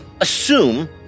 assume